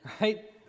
right